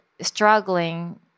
struggling